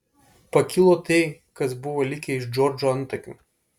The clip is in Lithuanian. pakilo tai kas buvo likę iš džordžo antakių